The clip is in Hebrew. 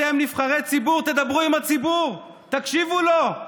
אתם נבחרי ציבור, תדברו עם הציבור, תקשיבו לו.